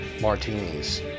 martinis